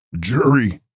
Jury